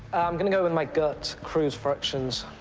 i'm going to go with my gut crude fractions.